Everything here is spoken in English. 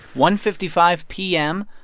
one fifty five p m.